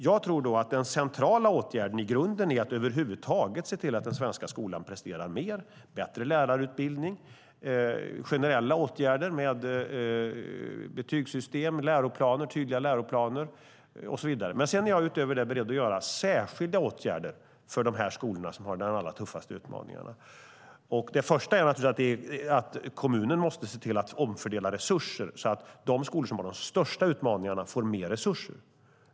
Jag tror då att den centrala åtgärden i grunden är att över huvud taget se till att den svenska skolan presterar mer: bättre lärarutbildning, generella åtgärder med betygssystem, tydliga läroplaner och så vidare. Utöver det är jag beredd att vidta särskilda åtgärder för de skolor som har de allra tuffaste utmaningarna. Det första är naturligtvis att kommunen måste se till att omfördela resurser så att de skolor som har de största utmaningarna får mer resurser.